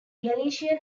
galician